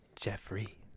Jeffrey